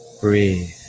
breathe